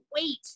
wait